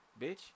bitch